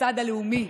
לצד הלאומי,